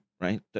right